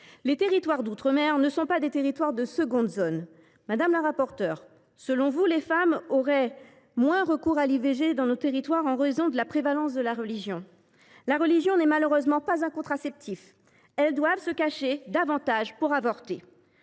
Les territoires d’outre mer ne sont pas des territoires de seconde zone. Madame la rapporteure, selon vous les femmes auraient moins recours à l’IVG dans nos territoires en raison de la prévalence de la religion. La religion n’est malheureusement pas un contraceptif : les femmes doivent se cacher davantage pour y avorter.